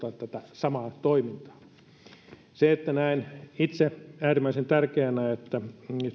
samaa toimintaa näen itse äärimmäisen tärkeänä että